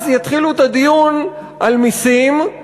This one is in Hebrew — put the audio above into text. אז יתחילו את הדיון על מסים,